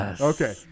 Okay